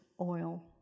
oil